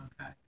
Okay